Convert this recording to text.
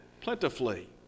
plentifully